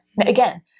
again